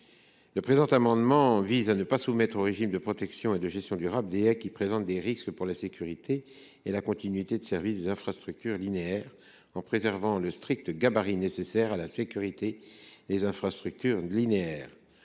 Cet amendement vise à exclure du régime de protection et de gestion durable les haies qui présentent des risques pour la sécurité et la continuité de service des infrastructures linéaires, en préservant le strict gabarit nécessaire à la sécurité des infrastructures linéaires.